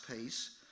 peace